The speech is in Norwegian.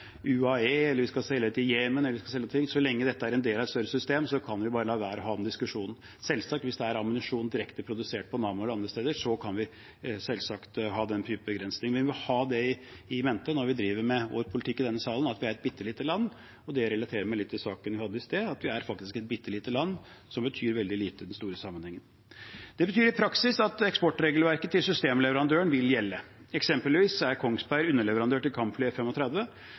UAE, eller om vi skal selge til Jemen etc. Så lenge dette er en del av et større system, kan vi bare la være å ha den diskusjonen. Hvis dette er ammunisjon som er direkte produsert på Nammo, eller andre steder, så kan vi selvsagt ha den type begrensninger, men vi må ha det i mente når vi driver med politikk i denne salen, at vi er et bitte lite land. Det relaterer meg litt til saken vi hadde i sted, vi er faktisk et bittelite land som betyr veldig lite i den store sammenhengen. Det betyr i praksis at eksportregelverket til systemleverandøren vil gjelde. Eksempelvis er Kongsberg underleverandør til kampfly